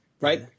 right